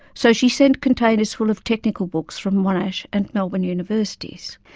so she sent containers full of technical books from monash and melbourne universities.